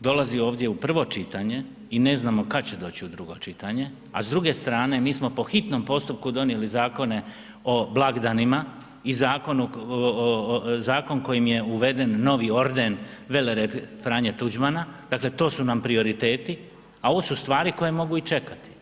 dolazi ovdje u prvo čitanje i ne znamo kada će doći u drugo čitanje a s druge strane mi smo po hitnom postupku donijeli zakone o blagdanima i Zakon kojim je uveden novi orden velered Franje Tuđmana, dakle to su nam prioriteti a ovo su stvari koje mogu i čekati.